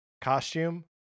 costume